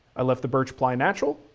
i left the birch ply natural,